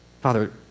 Father